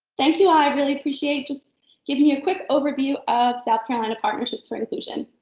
thank you, i really appreciate just giving you a quick overview of south carolina partnerships for inclusion.